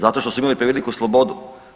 Zato što su imali preveliku slobodu.